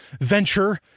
venture